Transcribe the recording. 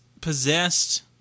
possessed